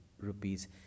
rupees